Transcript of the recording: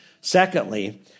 Secondly